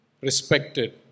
respected